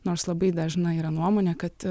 nors labai dažnai yra nuomonė kad